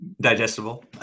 digestible